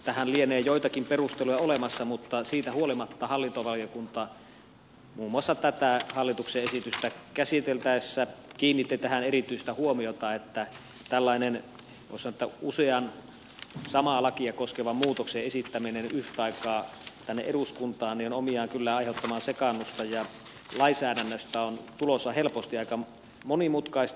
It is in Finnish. tähän lienee joitakin perusteluja olemassa mutta siitä huolimatta hallintovaliokunta muun muassa tätä hallituksen esitystä käsitellessään kiinnitti tähän erityistä huomiota että tällainen voisi sanoa usean samaa lakia koskevan muutoksen esittäminen yhtä aikaa tänne eduskuntaan on omiaan kyllä aiheuttamaan sekaannusta ja tekemään lainsäädännöstä helposti aika monimutkaista